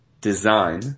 design